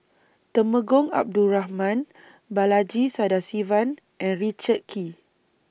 Temenggong Abdul Rahman Balaji Sadasivan and Richard Kee